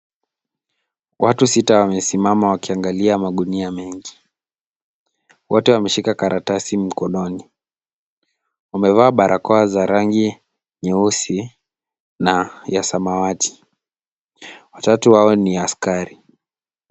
Watu sita wamesimama wakiangalia magunia mengi. Wote wameshika karatasi mkononi. Wamevaa barakoa za rangi nyeusi na ya samawati. Watatu hawa ni askari.